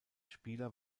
spieler